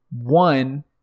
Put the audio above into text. one